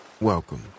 Welcome